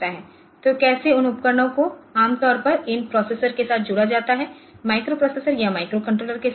तो कैसे उन उपकरणों को आम तौर पर इन प्रोसेसर के साथ जोड़ा जाता है माइक्रोप्रोसेसर या माइक्रोकंट्रोलर के साथ